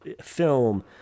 film